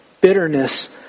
bitterness